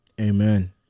Amen